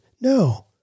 No